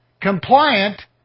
compliant